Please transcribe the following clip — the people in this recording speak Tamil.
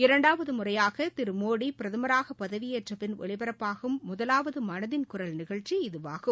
இரண்டாவது முறையாக திரு மோடி பிரதமராகபதவியேற்றபின் ஒலிபரப்பாகும் முதலாவது மனதின் குரல் நிகழ்ச்சி இதுவாகும்